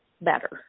better